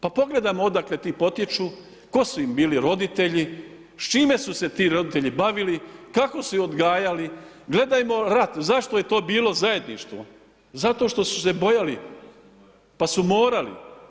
Pa pogledajmo odakle ti potječu, tko su im ili roditelji, s čime su se ti roditelji bavili, kako su ih odgajali, gledajmo rat, zašto je to bilo zajedništvo, zato što su se bojali pa su morali.